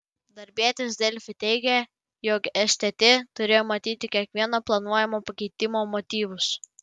darbietis delfi teigė jog stt turėjo matyti kiekvieno planuojamo pakeitimo motyvus